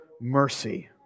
mercy